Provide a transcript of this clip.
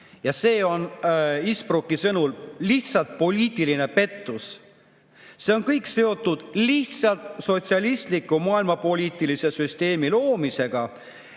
See on Easterbrooki sõnul lihtsalt poliitiline pettus. See kõik on seotud lihtsalt sotsialistliku maailma poliitilise süsteemi loomisega